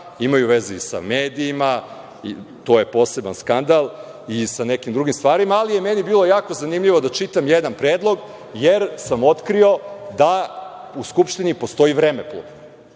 imaju veze i sa medijima, to je poseban skandal, i sa nekim drugim stvarima. Ali, meni je bilo jako zanimljivo da čitam jedan predlog, jer sam otkrio da u Skupštini postoji vremeplov.